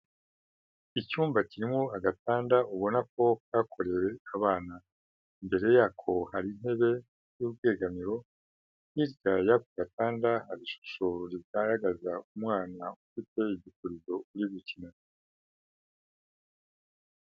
Icyumba kirimo agatanda ubona ko kakorewe abana. Imbere yako haba intebe y'ubwegamiro; hirya y'ako gatanda hari ishusho rigaragaza umwana ufite igipurizo uri gukina.